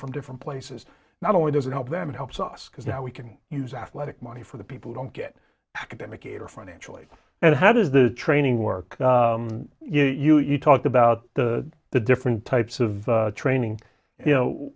from different places not only does it help them it helps us because now we can use athletic money for the people don't get academic aid or financially and how does the training work you know you you talk about the the different types of training you know